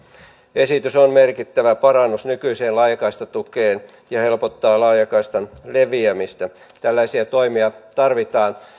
esitys on merkittävä parannus nykyiseen laajakaistatukeen ja helpottaa laajakaistan leviämistä tällaisia toimia tarvitaan